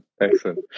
excellent